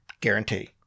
Guarantee